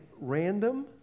random